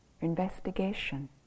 investigation